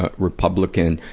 ah republican,